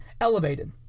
elevated